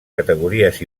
categories